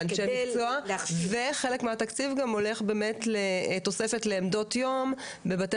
לאנשי מקצוע וחלק מהתקציב גם הולך באמת לתוספת לעמדות יום בבתי